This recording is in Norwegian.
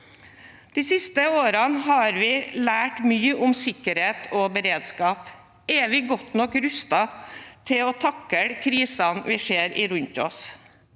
De siste årene har vi lært mye om sikkerhet og beredskap. Er vi godt nok rustet til å takle krisene vi ser rundt oss?